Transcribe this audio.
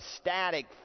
static